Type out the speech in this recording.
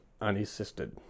unassisted